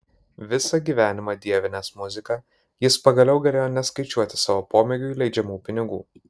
visą gyvenimą dievinęs muziką jis pagaliau galėjo neskaičiuoti savo pomėgiui leidžiamų pinigų